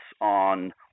on